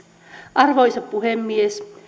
arvoisa puhemies